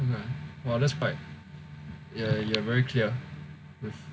!wah! that's quite you you're very clear